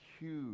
huge